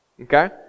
Okay